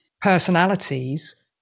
personalities